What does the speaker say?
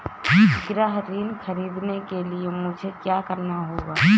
गृह ऋण ख़रीदने के लिए मुझे क्या करना होगा?